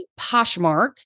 Poshmark